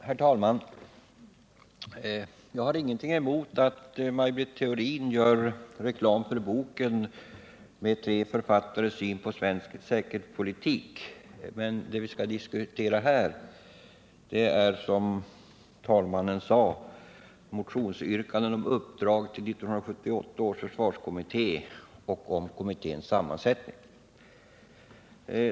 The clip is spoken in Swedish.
Herr talman! Jag har ingenting emot att Maj Britt Theorin gör reklam för boken med elva författares syn på svensk säkerhetspolitik. Men det vi skall diskutera här är, som talmannen sade, motionsyrkanden om uppdrag till 1978 års försvarskommitté och om kommitténs sammansättning.